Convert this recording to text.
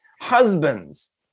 Husbands